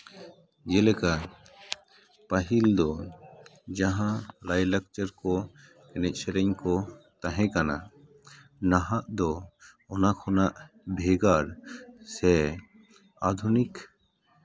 ᱡᱮᱞᱮᱠᱟ ᱯᱟᱹᱦᱤᱞ ᱫᱚ ᱡᱟᱦᱟᱸ ᱞᱟᱭᱼᱞᱟᱠᱪᱟᱨ ᱠᱚ ᱮᱱᱮᱡ ᱥᱮᱨᱮᱧ ᱠᱚ ᱛᱟᱦᱮᱸ ᱠᱟᱱᱟ ᱱᱟᱦᱟᱜ ᱫᱚ ᱚᱱᱟ ᱠᱷᱚᱱᱟᱜ ᱵᱷᱮᱜᱟᱨ ᱥᱮ ᱟᱹᱫᱷᱩᱱᱤᱠ